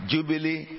Jubilee